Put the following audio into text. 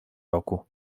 roku